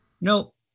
Nope